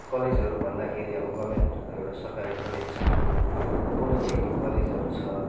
अब कलेजहरू भन्दाखेरि अब गभर्मेन्ट एउटा सरकारी कलेज छ ठुलो पोलिटेक्निक कलेजहरू छ